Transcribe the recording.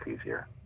easier